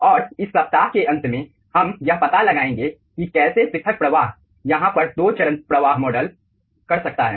और इस सप्ताह के अंत में हम यह पता लगाएंगे कि कैसे पृथक प्रवाह यहाँ पर दो चरण प्रवाह मॉडल कर सकता है